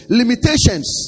limitations